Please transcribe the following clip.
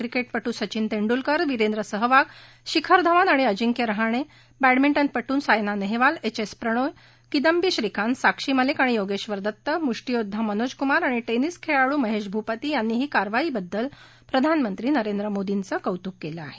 क्रिकेटपटू सचिन तेंडुलकर वीरेन्द्रई सहवाग शिखर धवन आणि अजिंक्यं रहाणे बैडमिंटनपट्र सायना नेहवाल एच एस प्रणोय आणि किदम्बीा श्रीकांत साक्षी मलिक आणि योगेब र दत्तन मुष्टीयोद्वा मनोज कुमार और टेनिस खेळाडू महेश भूपति यांनीही या कारवाईबद्दल प्रधानमंत्री नरेन्द्र मोर्दीचं कौतुक केलं आहे